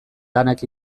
lanak